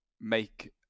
make